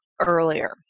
earlier